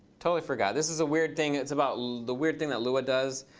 totally forgot. this is a weird thing. it's about the weird thing that lua does.